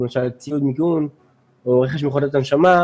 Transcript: זאת אומרת תקציב המיגון או מערכת של מכונות הנשמה,